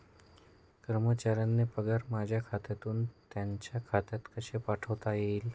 कर्मचाऱ्यांचे पगार माझ्या खात्यातून त्यांच्या खात्यात कसे पाठवता येतील?